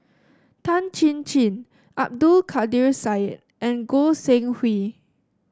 Tan Chin Chin Abdul Kadir Syed and Goi Seng Hui